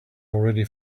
already